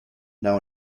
now